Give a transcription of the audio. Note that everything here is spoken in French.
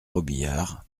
robiliard